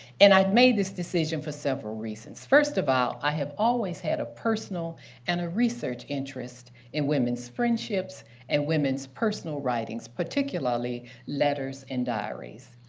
and i made this decision for several reasons. first of all, i have always had a personal and a research interest in women's friendships and women's personal writings, particularly letters and diaries.